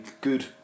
good